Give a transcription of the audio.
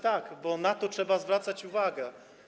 Tak, bo na to trzeba zwracać uwagę.